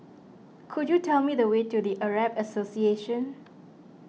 could you tell me the way to the Arab Association